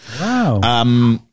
Wow